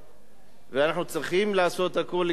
ואנחנו צריכים לעשות הכול כדי שיהיה טוב.